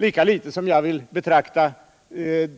Lika litet som jag vill betrakta